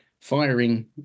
firing